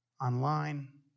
online